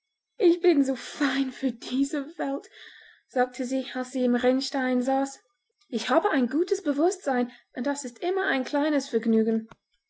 ich bin zu fein für diese welt sagte sie als sie im rinnstein saß ich habe ein gutes bewußtsein und das ist immer ein kleines vergnügen